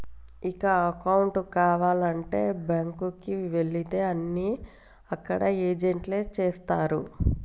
ఇక అకౌంటు కావాలంటే బ్యాంకుకి వెళితే అన్నీ అక్కడ ఏజెంట్లే చేస్తరు